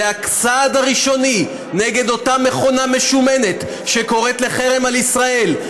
זה הצעד הראשוני נגד אותה מכונה משומנת שקוראת לחרם על ישראל.